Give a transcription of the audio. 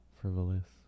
frivolous